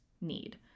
need